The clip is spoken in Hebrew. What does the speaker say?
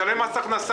משלם מס הכנסה,